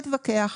אני לא אתווכח.